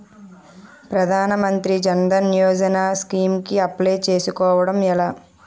ప్రధాన మంత్రి జన్ ధన్ యోజన స్కీమ్స్ కి అప్లయ్ చేసుకోవడం ఎలా?